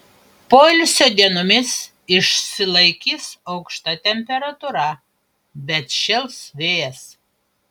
poilsio dienomis išsilaikys aukšta temperatūra bet šėls vėjas